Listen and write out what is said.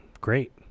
great